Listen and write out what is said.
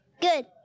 Good